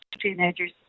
teenagers